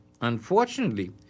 Unfortunately